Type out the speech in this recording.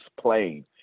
plane